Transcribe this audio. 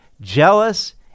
jealous